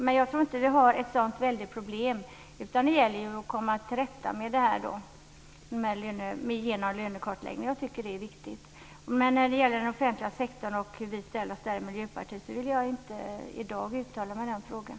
Men jag tror inte att det är ett så stort problem, utan det gäller att komma till rätta med det genom bl.a. lönekartläggning. Jag tycker att det är viktigt. När det gäller den offentliga sektorn och hur vi i Miljöpartiet ställer oss till den vill jag i dag inte uttala mig i den frågan.